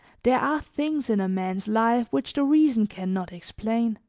there are things in a man's life which the reason can not explain.